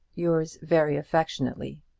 yours very affectionately,